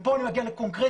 ופה אני מגיע לקונקרטי,